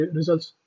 results